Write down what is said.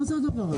מה זה הדבר הזה?